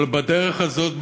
אבל בדרך הזאת,